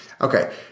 Okay